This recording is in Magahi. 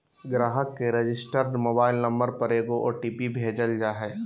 ग्राहक के रजिस्टर्ड मोबाइल नंबर पर एगो ओ.टी.पी भेजल जा हइ